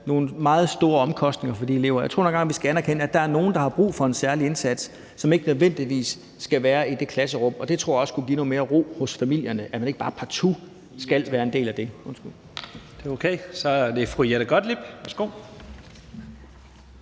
nogle meget store omkostninger for de elever. Jeg tror nu engang, at vi skal anerkende, at der er nogle, der har brug for en særlig indsats, som ikke nødvendigvis skal være i det samme klasserum. Jeg tror også, at det kunne give noget mere ro hos familierne, at man ikke bare partout skal være en del af det.